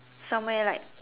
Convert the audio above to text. somewhere like